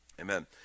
Amen